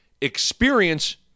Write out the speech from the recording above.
experience